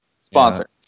Sponsor